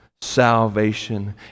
salvation